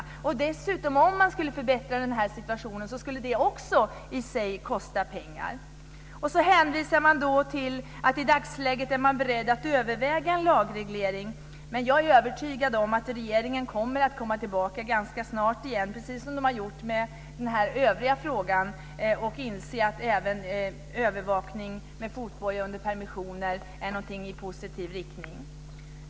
Dessutom är det så att om man skulle förbättra den här situationen skulle det också i sig kosta pengar. Man säger man att man i dagsläget är beredd att överväga en lagreglering. Jag är övertygad om att regeringen kommer att komma tillbaka ganska snart igen, precis som man har gjort i den övriga frågan, och inse att övervakning med fotboja under permissioner är något positivt.